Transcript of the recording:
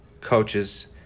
coaches